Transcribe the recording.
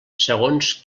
segons